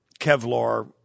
Kevlar